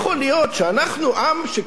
עם שכביכול חכם כל כך